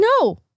no